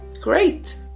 great